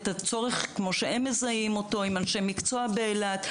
את הצורך כמו שהם מזהים עם אנשי מקצוע באילת.